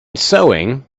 sewing